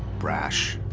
brash,